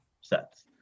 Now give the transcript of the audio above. sets